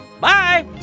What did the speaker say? Bye